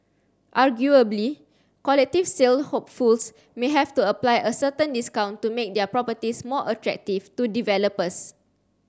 arguably collective sale hopefuls may have to apply a certain discount to make their properties more attractive to developers